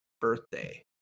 birthday